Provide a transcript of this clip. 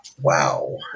wow